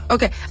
Okay